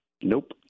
Nope